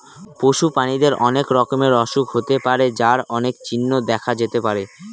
পশু প্রাণীদের অনেক রকমের অসুখ হতে পারে যার অনেক চিহ্ন দেখা যেতে পারে